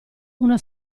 una